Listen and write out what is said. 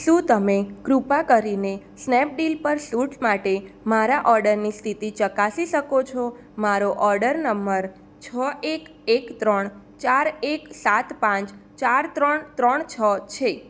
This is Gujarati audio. શું તમે કૃપા કરીને સ્નેપડીલ પર સુટ્સ માટે મારા ઓર્ડરની સ્થિતિ ચકાસી શકો છો મારો ઓર્ડર નંબર છ એક એક ત્રણ ચાર એક સાત પાંચ ચાર ત્રણ ત્રણ છ છે